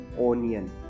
Onion